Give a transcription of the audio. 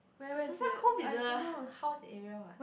Sentosa Cove is a h~ house area what